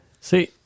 See